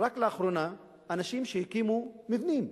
רק לאחרונה אנשים שהקימו מבנים,